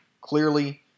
clearly